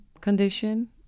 condition